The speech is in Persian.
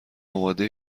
آماده